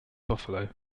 buffalo